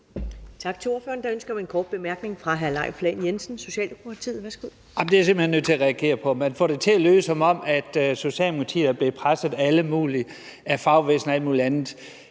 Tak til ordføreren. Der er ønske om en kort bemærkning fra hr. Leif Lahn Jensen, Socialdemokratiet. Værsgo. Kl. 15:39 Leif Lahn Jensen (S): Det er jeg simpelt hen nødt til at reagere på. Man får det til at lyde, som om Socialdemokratiet er blevet presset af alle mulige